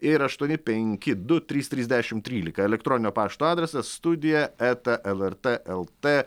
ir aštuoni penki du trys trys dešim trylika elektroninio pašto adresas studija eta lrt lt